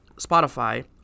Spotify